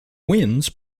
winds